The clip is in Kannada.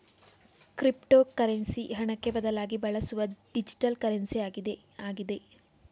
ಕ್ರಿಪ್ಟೋಕರೆನ್ಸಿ ಹಣಕ್ಕೆ ಬದಲಾಗಿ ಬಳಸುವ ಡಿಜಿಟಲ್ ಕರೆನ್ಸಿ ಆಗಿದೆ ಆಗಿದೆ